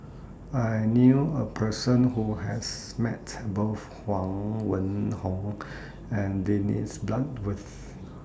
I knew A Person Who has Met Both Huang Wenhong and Dennis Bloodworth